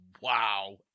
Wow